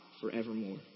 forevermore